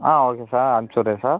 ஆ okay sir அனுப்ச்சு விட்றேன் sir